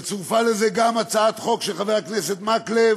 וצורפה לזה גם הצעת חוק של חבר הכנסת מקלב